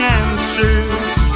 answers